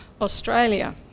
Australia